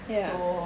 ya